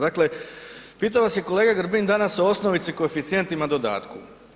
Dakle, pitao vas je kolega Grbin danas o osnovici, koeficijentima, dodatku.